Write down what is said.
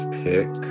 pick